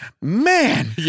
man